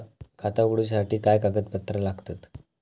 खाता उगडूच्यासाठी काय कागदपत्रा लागतत?